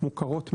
מוכרות מאוד,